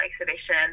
exhibition